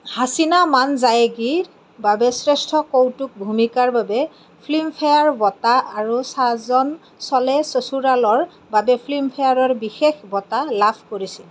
হাছিনা মান জায়েগীৰ বাবে শ্ৰেষ্ঠ কৌতুক ভূমিকাৰ বাবে ফিল্মফেয়াৰ বঁটা আৰু ছাজন চলে চচুৰালৰ বাবে ফিল্মফেয়াৰৰ বিশেষ বঁটা লাভ কৰিছিল